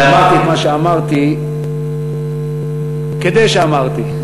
הרי אמרתי את מה שאמרתי, כדי שאמרתי.